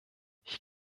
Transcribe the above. ich